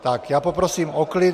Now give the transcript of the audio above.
Tak, já poprosím o klid.